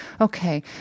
Okay